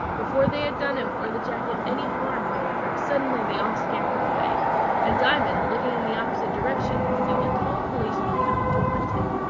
before they had done him or the jacket any harm, however, suddenly they all scampered away and diamond, looking in the opposite direction, saw the tall policeman coming towards him.